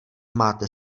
máte